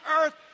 earth